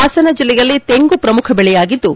ಹಾಸನ ಜಿಲ್ಲೆಯಲ್ಲಿ ತೆಂಗು ಪ್ರಮುಖ ಬೆಳೆಯಾಗಿದ್ದು